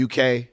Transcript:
UK